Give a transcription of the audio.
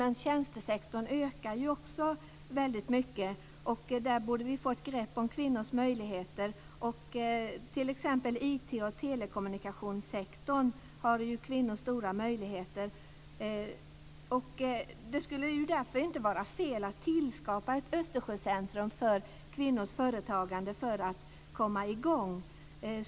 Men också tjänstesektorn ökar väldigt mycket så där borde vi få ett grepp om kvinnors möjligheter. Inom t.ex. IT och telekommunikationssektorn har kvinnor stora möjligheter. Det skulle därför inte vara fel att skapa ett Östersjöcentrum för kvinnors företagande för att komma i gång här.